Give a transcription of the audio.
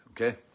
okay